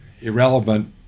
irrelevant